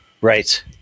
right